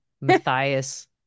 Matthias